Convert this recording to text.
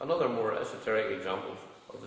another more esoteric example of